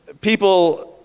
people